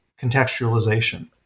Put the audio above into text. contextualization